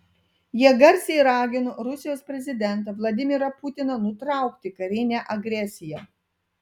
jie garsiai ragino rusijos prezidentą vladimirą putiną nutraukti karinę agresiją